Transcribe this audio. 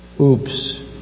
Oops